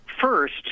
first